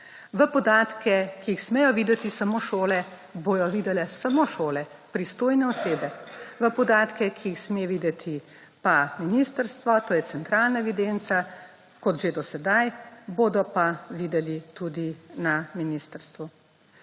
V podatke, ki jih smejo videti samo šole bodo videle samo šole, pristojne osebe. V podatke, ki jih sme videti pa ministrstvo to je centralna evidenca kot že do sedaj bodo pa videli tudi na ministrstvu.